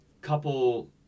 couple